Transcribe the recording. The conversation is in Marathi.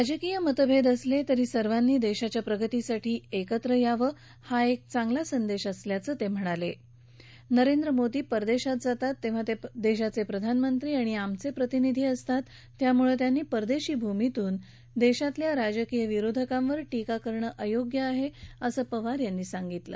राजकीय मतभेद असले तरी सर्वांनी देशाच्या प्रगतीसाठी एकत्र यावं ह एक चांगला संदेश असल्याचं ते म्हणाले नरेंद्र मोदी परदेशात जातात तेव्हा ते देशाचे प्रधानमंत्री आणि आमचे प्रतिनिधी असतात त्यामुळे त्यांनी परदेशी भूमीतून देशातल्या राजकीय विरोधकांवर टीका करणं अयोग्य आहे असं पवार यांनी सांगितलं